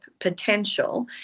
potential